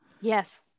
Yes